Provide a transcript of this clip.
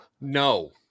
no